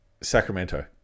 Sacramento